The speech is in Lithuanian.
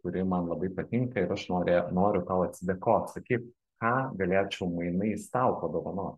kuri man labai patinka ir aš norė noriu tau atsidėkot sakyk ką galėčiau mainais tau padovanot